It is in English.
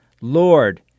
Lord